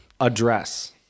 Address